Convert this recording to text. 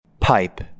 Pipe